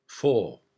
Four